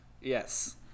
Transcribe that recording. Yes